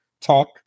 talk